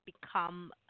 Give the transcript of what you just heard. become